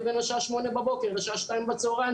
בין השעה 8:00 בבוקר לשעה 14:00 בצהריים,